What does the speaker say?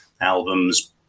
albums